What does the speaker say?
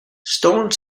stone